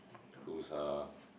who's a